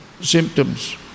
symptoms